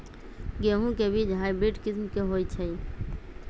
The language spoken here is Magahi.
गेंहू के बीज हाइब्रिड किस्म के होई छई?